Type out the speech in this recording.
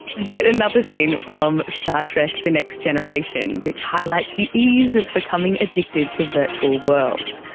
yet another scene from star trek the next generation, which highlights the ease of becoming addicted to virtual worlds.